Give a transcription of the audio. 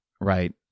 right